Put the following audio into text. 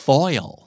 Foil